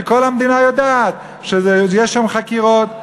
וכל המדינה יודעת שיש שם חקירות.